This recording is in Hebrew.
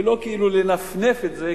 ולא לנפנף את זה,